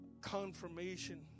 confirmation